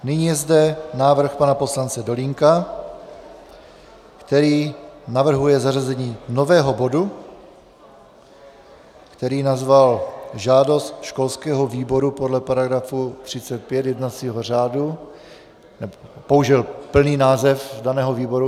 Nyní je zde návrh pana poslance Dolínka, který navrhuje zařazení nového bodu, který nazval žádost školského výboru podle § 35 jednacího řádu použil plný název daného výboru.